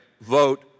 Vote